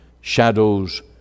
shadows